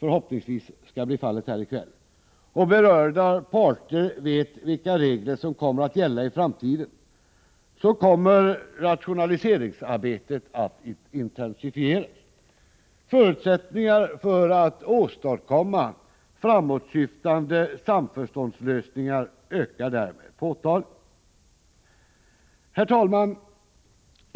förhoppningsvis skall bli fallet här i kväll — och berörda parter vet vilka regler som kommer att gälla i framtiden, kommer rationaliseringsarbetet att intensifieras. Förutsättningarna för att åstadkomma framåtsyftande samförståndslösningar ökar därmed påtagligt. Herr talman!